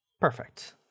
Perfect